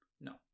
No